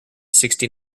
sixty